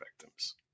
victims